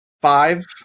five